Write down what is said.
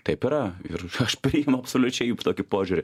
taip yra ir aš priimu absoliučiai jų tokį požiūrį